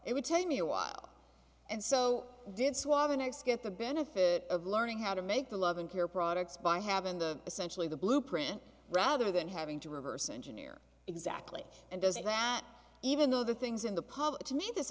it would take me a while and so did swab the next get the benefit of learning how to make the love and care products by having the essentially the blueprint rather than having to reverse engineer exactly and does it that even though the things in the pub to me this